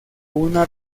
una